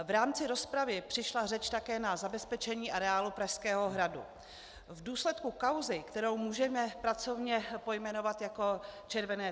V rámci rozpravy přišla řeč také na zabezpečení areálu Pražského hradu v důsledku kauzy, kterou můžeme pracovně pojmenovat jako červené trenýrky.